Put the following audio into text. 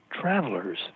Travelers